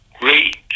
Great